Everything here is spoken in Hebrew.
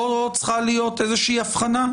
לא צריכה להיות איזושהי הבחנה?